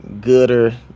gooder